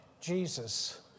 Jesus